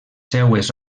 seues